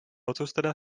otsustada